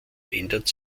ändert